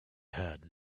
had